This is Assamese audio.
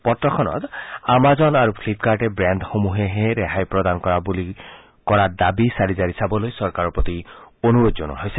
পত্ৰখনো আমাজন আৰু ফ্লিপকাৰ্টে বেণ্ড সমূহেহে ৰেহাই প্ৰদান কৰাৰ বুলি কৰা দাবী চালি জাৰি চাবলৈ চৰকাৰৰ প্ৰতি অনুৰোধ জনোৱা হৈছে